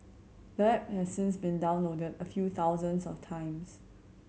the app has since been downloaded a few thousands of times